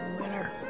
winner